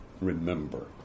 remember